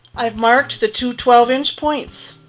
i've marked the two twelve inch points